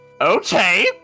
Okay